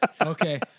okay